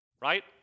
right